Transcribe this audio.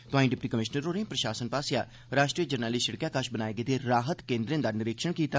तोआई deputy commissioner होरें प्रशासन आसेआ राष्ट्री जरनैली सिड़कै कश बनाए गेदे राहत केन्द्रें दा निरीक्षण कीता